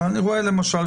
אבל אני רואה למשל,